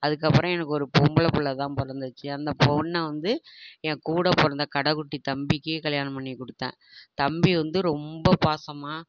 அதுக்கப்பறம் எனக்கு ஒரு பொம்பளை பிள்ளதான் பிறந்துச்சி அந்த பொண்ணை வந்து என் கூட பிறந்த கடை குட்டி தம்பிக்கே கல்யாணம் பண்ணி கொடுத்தேன் தம்பி வந்து ரொம்ப பாசமாக